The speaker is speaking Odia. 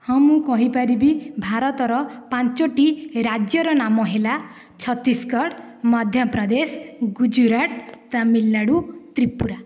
ହଁ ମୁଁ କହିପାରିବି ଭାରତର ପାଞ୍ଚୋଟି ରାଜ୍ୟର ନାମ ହେଲା ଛତିଶଗଡ଼ ମଧ୍ୟପ୍ରଦେଶ ଗୁଜୁରାଟ ତାମିଲନାଡ଼ୁ ତ୍ରିପୁରା